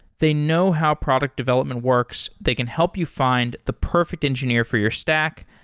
they know how product development works. they can help you find the perfect engineer for your stack,